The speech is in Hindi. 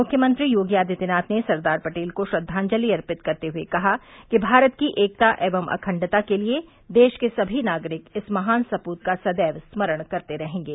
मुख्यमंत्री योगी आदित्यनाथ ने सरदार पटेल को श्रद्वाजलि अर्पित करते हुए कहा कि भारत की एकता एवं अखण्डता के लिये देश के सभी नागरिक इस महान सप्त का सदैव स्मरण करते रहेंगे